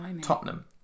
Tottenham